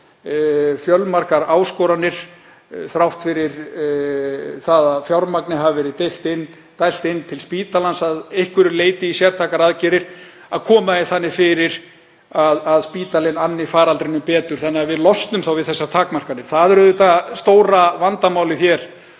fjölmargar áskoranir, þrátt fyrir að fjármagni hafi verið dælt inn til spítalans að einhverju leyti í sértækar aðgerðir, að koma því þannig fyrir að spítalinn anni faraldrinum betur þannig að við losnum við þessar takmarkanir. Það eru auðvitað stóra vandamálið hér